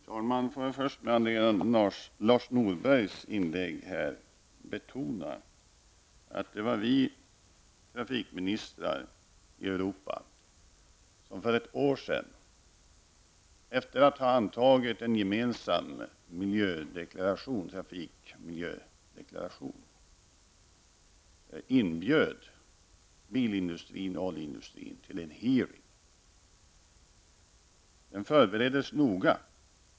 Herr talman! Låt mig först med anledning av Lars Norbergs inlägg betona att det var vi trafikministrar i Europa som för ett år sedan -- efter att ha antagit en gemensam trafik och miljödeklaration -- inbjöd bilindustrin och oljeindustrin till en hearing. Den förbereddes noga.